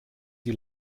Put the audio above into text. sie